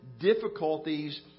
difficulties